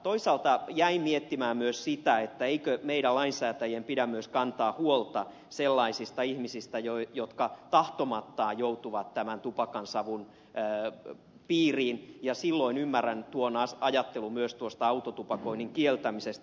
toisaalta jäin miettimään myös sitä eikö meidän lainsäätäjien pidä myös kantaa huolta sellaisista ihmisistä jotka tahtomattaan joutuvat tämän tupakansavun piiriin ja silloin ymmärrän tuon ajattelun myös tuosta autotupakoinnin kieltämisestä